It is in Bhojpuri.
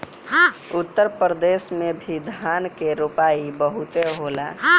उत्तर प्रदेश में भी धान के रोपाई बहुते होला